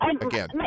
Again